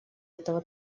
этого